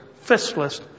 fistless